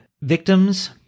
victims